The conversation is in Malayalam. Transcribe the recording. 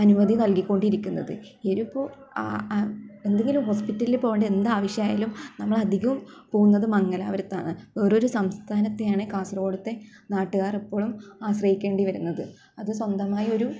അനുമതി നൽകിക്കൊണ്ടിരിക്കുന്നത് ഇതിപ്പോൾ എന്തെങ്കിലും ഹോസ്പിറ്റലിൽ പോവേണ്ട എന്താവശ്യമായാലും നമ്മളധികവും പോകുന്നത് മംഗലാപുരത്താണ് ഓരോരോ സംസ്ഥാനത്തെയാണ് കാസർഗോടത്തെ നാട്ടുകാരെപ്പോഴും ആശ്രയിക്കേണ്ടി വരുന്നത് അത് സ്വന്തമായൊരു